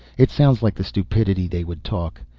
it sounds like the stupidity they would talk.